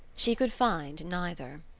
she could find neither.